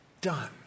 done